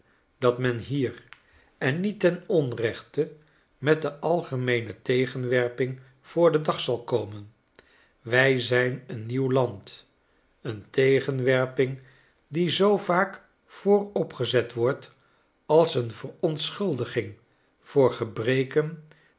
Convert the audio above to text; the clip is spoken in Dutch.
dat men hier en niet ten onrechte met de algemeene tegenwerping voor den dag zal komen wij zijn een nieuw land een tegenwerping die zoo vaak vooropgezet wordt als een verontschuldiging voor gebreken